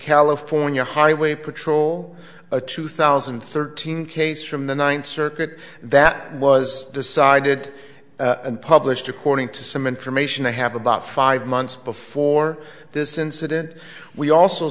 california highway patrol a two thousand and thirteen case from the ninth circuit that was decided and published according to some information i have about five months before this incident we also